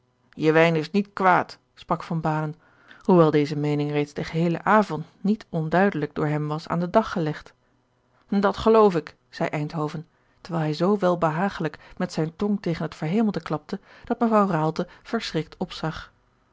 je wijn is niet kwaad sprak van banen hoewel deze meening reeds den geheelen avond niet onduidelijk door kem was aan den dag gelegd dat geloof ik zeî eindhoven terwijl hij z welbehagelijk met zijne tong tegen het verhemelte klapte dat mevrouw raalte verschrikt opzag